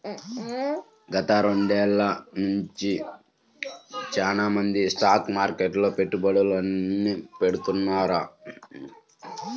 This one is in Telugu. గత రెండేళ్ళ నుంచి చానా మంది స్టాక్ మార్కెట్లో పెట్టుబడుల్ని పెడతాన్నారు